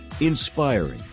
inspiring